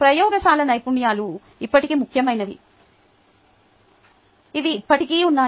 ప్రయోగశాల నైపుణ్యాలు ఇప్పటికీ ముఖ్యమైనవి అవి ఇప్పటికీ ఉన్నాయి